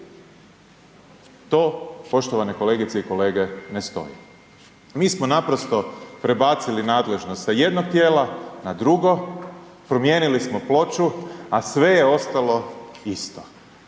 to poštovane kolegice i kolege ne stoji. Mi smo naprosto prebacili nadležnost s jednog tijela na drugo, promijenili smo ploču, a sve je ostalo isto.